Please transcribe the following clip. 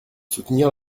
soutenir